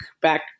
back